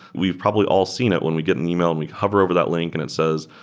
we've probably all seen it when we get an email and we hover over that link and it says,